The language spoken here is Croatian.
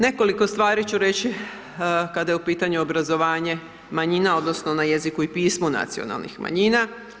Nekoliko stvari ću reći kada je u pitanju obrazovanje manjina odnosno na jeziku i pismu nacionalnih manjina.